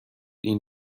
این